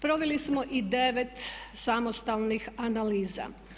Proveli smo i 9 samostalnih analiza.